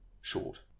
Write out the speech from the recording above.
short